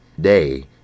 day